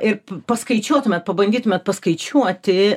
ir paskaičiuotumėt pabandytumėt paskaičiuoti